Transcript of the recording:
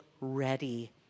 ready